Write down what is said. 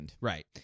Right